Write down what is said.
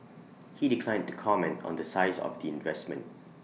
he declined to comment on the size of the investment